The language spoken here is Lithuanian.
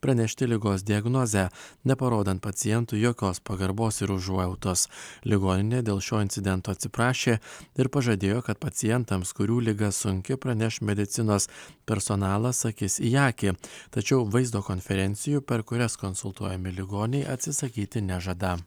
pranešti ligos diagnozę neparodant pacientui jokios pagarbos ir užuojautos ligoninė dėl šio incidento atsiprašė ir pažadėjo kad pacientams kurių liga sunki praneš medicinos personalas akis į akį tačiau vaizdo konferencijų per kurias konsultuojami ligoniai atsisakyti nežada